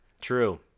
True